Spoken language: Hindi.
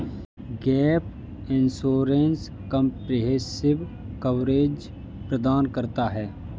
गैप इंश्योरेंस कंप्रिहेंसिव कवरेज प्रदान करता है